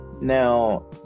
Now